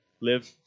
live